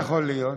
מה יכול להיות?